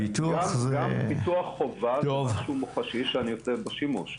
גם ביטוח חובה זה משהו מוחשי שאני עושה בו שימוש.